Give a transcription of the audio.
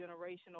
generational